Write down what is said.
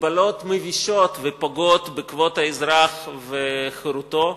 מגבלות מבישות ופוגעות בכבוד האזרח וחירותו,